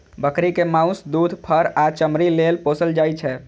बकरी कें माउस, दूध, फर आ चमड़ी लेल पोसल जाइ छै